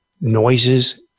noises